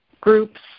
groups